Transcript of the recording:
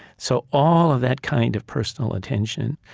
so all of that kind of personal attention,